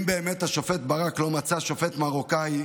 אם באמת השופט ברק לא מצא שופט מרוקאי,